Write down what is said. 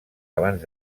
abans